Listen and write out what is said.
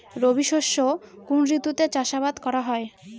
রবি শস্য কোন ঋতুতে চাষাবাদ করা হয়?